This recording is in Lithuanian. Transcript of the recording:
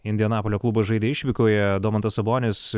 indianapolio klubas žaidė išvykoje domantas sabonis